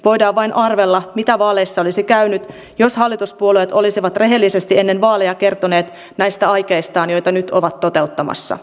voidaan vain arvella miten vaaleissa olisi käynyt jos hallituspuolueet olisivat rehellisesti ennen vaaleja kertoneet näistä aikeistaan joita nyt ovat toteuttamassa